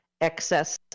excess